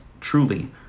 truly